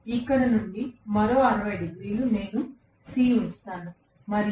ఇక్కడ నుండి మరో 60 డిగ్రీలు నేను C ఉంచుతాను మరియు